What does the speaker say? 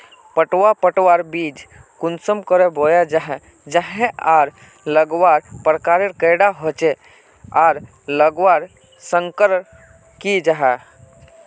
पटवा पटवार बीज कुंसम करे बोया जाहा जाहा आर लगवार प्रकारेर कैडा होचे आर लगवार संगकर की जाहा?